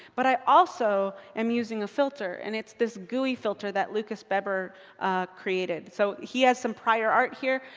but i also am using a filter. and it's this gui filter that lucas beber created. so he has some prior art here.